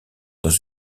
dans